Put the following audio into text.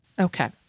Okay